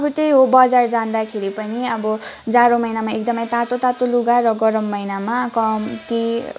अब त्यही हो बजार जाँदाखेरि पनि अब जाडो महिनामा एकदमै तातो तातो लुगा र गरम महिनामा कम्ती